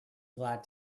glad